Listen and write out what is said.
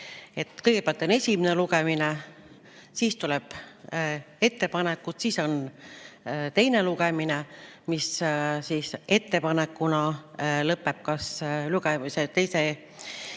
Kõigepealt on esimene lugemine, siis tulevad ettepanekud, siis on teine lugemine, mis ettepanekuna lõpeb teise lugemise